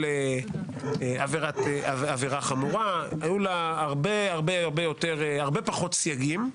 עבירה חמורה, היו לה הרבה פחות סייגים.